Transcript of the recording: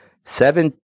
seven